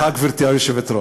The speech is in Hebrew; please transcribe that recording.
סליחה, גברתי היושבת-ראש.